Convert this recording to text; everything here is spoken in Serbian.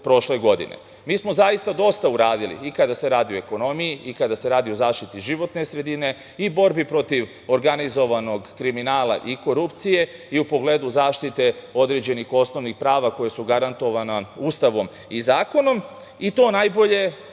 smo zaista dosta uradili i kada se radi o ekonomiji i kada se radi o zaštiti životne sredine i borbi protiv organizovanog kriminala i korupcije i u pogledu zaštite određenih osnovnih prava koja su garantovana Ustavom i zakonom. O tome